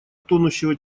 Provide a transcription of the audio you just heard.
тонущего